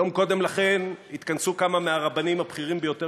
יום קודם לכן התכנסו כמה מהרבנים הבכירים ביותר